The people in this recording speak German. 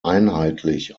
einheitlich